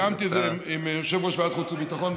אני תיאמתי את זה עם יושב-ראש ועדת החוץ והביטחון,